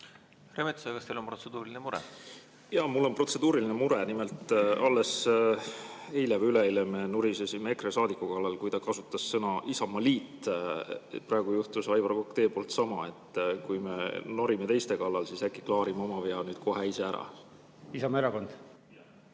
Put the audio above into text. Metsoja, kas teil on protseduuriline mure? Jaa, mul on protseduuriline mure. Nimelt, alles eile või üleeile me nurisesime EKRE saadiku kallal, kui ta kasutas sõna "Isamaaliit". Praegu juhtus, Aivar Kokk, teil sama. Kui me norime teiste kallal, siis äkki klaarime oma vea nüüd kohe ise ära. Jaa, mul on